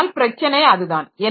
ஆனால் பிரச்சனை அதுதான்